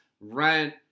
rent